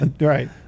Right